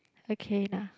okay lah